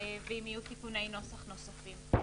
ואם יהיו תיקוני נוסח נוספים.